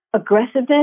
aggressiveness